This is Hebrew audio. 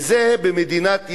וזה במדינת ישראל.